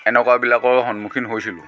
এনেকুৱাবিলাকৰ সন্মুখীন হৈছিলোঁ